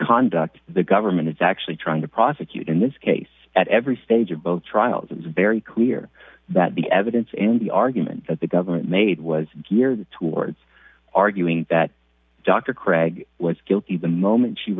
conduct the government is actually trying to prosecute in this case at every stage of both trials it's very clear that the evidence in the argument that the government made was geared towards arguing that dr cragg was guilty the moment she